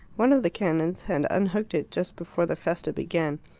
one of the canons had unhooked it just before the fiesta began,